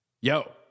yo